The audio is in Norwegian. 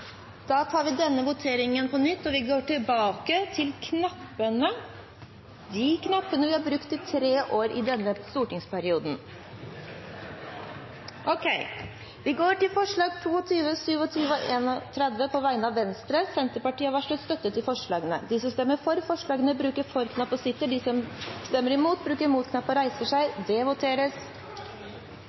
Da tar vi denne voteringen på nytt. Vi går tilbake til knappene, de knappene vi har brukt i tre år i denne stortingsperioden. Virker knappene? – Det ser slik ut. Det voteres